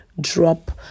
drop